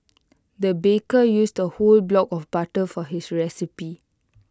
the baker used A whole block of butter for his recipe